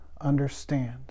understand